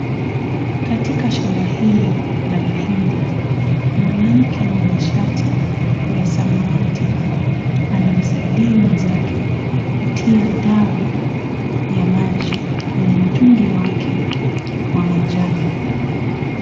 Katika shamba hili la mahindi mwanamke mwenye shati ya samawati anamsaidia mwenzake kutia dawa ya maji, kwenye mtungi wake wa manjano.